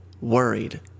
worried